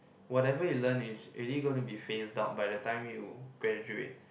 whatever you learnt is already going to phase out by the time you graduate